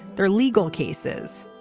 they're legal cases.